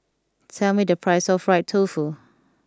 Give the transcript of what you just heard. tell me the price of Fried Tofu